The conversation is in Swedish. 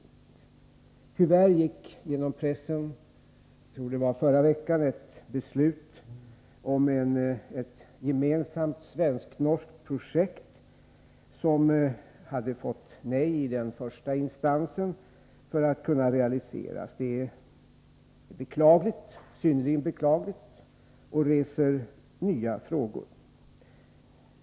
Det har i pressen förekommit meddelanden — jag tror att det var under förra veckan — om att ett förslag till realiserande av ett gemensamt svensk-norskt projekt hade fått nej i första instansen. Detta är synnerligen beklagligt och reser nya frågor.